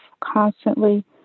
constantly